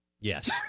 Yes